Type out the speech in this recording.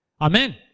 Amen